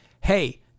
hey